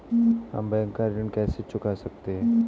हम बैंक का ऋण कैसे चुका सकते हैं?